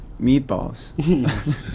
meatballs